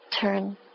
turn